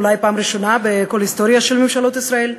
אולי בפעם הראשונה בכל ההיסטוריה של ממשלות ישראל,